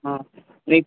हा नाही